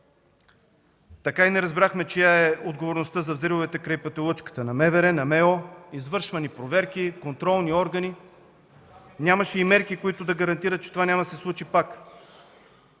Така и не разбрахме чия е отговорността за взривовете край Петолъчката – на МВР, на МО. Извършени са проверки, контролни органи. Нямаше и мерки, които да гарантират, че това няма да се случи пак.